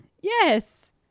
Yes